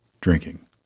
drinking